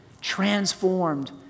transformed